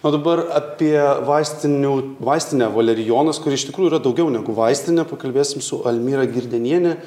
o dabar apie vaistinių vaistinę valerijonas kuri iš tikrųjų yra daugiau negu vaistinė pakalbėsim su almyra girdeniene